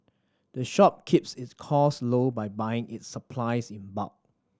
the shop keeps its cost low by buying its supplies in bulk